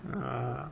ah